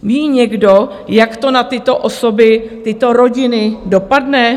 Ví někdo, jak to na tyto osoby, tyto rodiny dopadne?